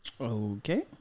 Okay